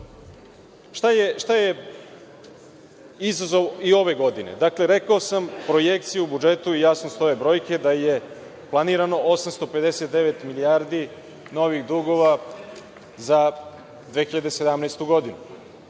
da. Šta je izazov i ove godine? Dakle, rekao sam, projekcija je u budžetu i jasno stoje brojke da je planirano 859 milijardi novih dugova za 2017. godinu.